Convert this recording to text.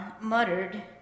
muttered